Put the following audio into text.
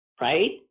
right